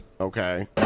Okay